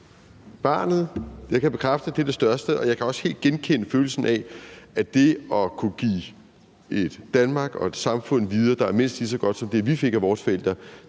barnet. Jeg kan bekræfte, at det er det største, man kan opleve, og jeg kan også helt genkende følelsen af, at det at kunne give et Danmark og et samfund videre, der er mindst lige så godt som det, vi fik af vores forældre,